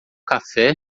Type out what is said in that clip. café